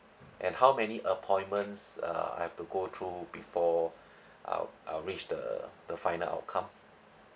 and how many appointments err have to go through before err err reach the the final outcome